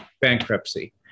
bankruptcy